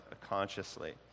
consciously